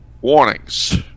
warnings